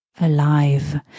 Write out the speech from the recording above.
Alive